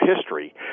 history